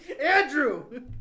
Andrew